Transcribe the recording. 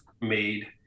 made